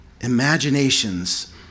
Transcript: imaginations